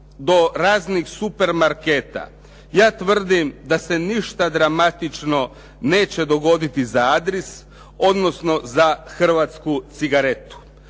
do raznih supermarketa ja tvrdim da se ništa dramatično neće dogoditi za Adris odnosno za hrvatsku cigaretu.